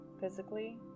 physically